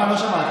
לא צריך.